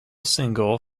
single